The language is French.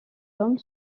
homme